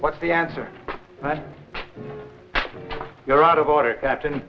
what's the answer but you're out of order captain